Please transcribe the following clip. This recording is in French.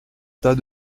tas